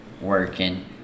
working